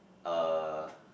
uh